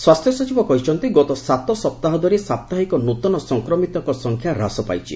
ସ୍ୱାସ୍ଥ୍ୟ ସଚିବ କହିଛନ୍ତି ଗତ ସାତ ସାପ୍ତହ ଧରି ସାପ୍ତାହିକ ନୃତନ ସଂକ୍ରମିତଙ୍କ ସଂଖ୍ୟା ହ୍ରାସ ପାଇଛି